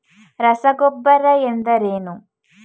ರಸಗೊಬ್ಬರ ಎಂದರೇನು?